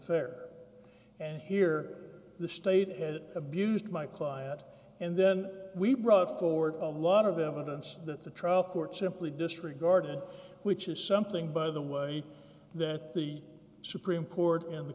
fair and hear the state and it abused my client and then we brought forward a lot of evidence that the trial court simply disregarded which is something by the way that the supreme court in the